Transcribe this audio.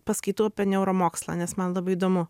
paskaitų apie neuromokslą nes man labai įdomu